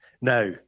now